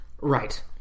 Right